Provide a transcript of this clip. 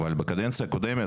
אבל בקדנציה הקודמת,